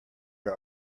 are